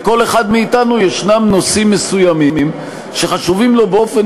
לכל אחד מאתנו יש נושאים מסוימים שחשובים לו באופן